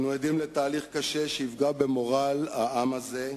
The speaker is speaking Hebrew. אנו עדים לתהליך קשה שיפגע במורל העם הזה,